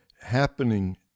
happening